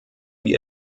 wir